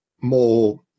more